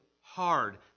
hard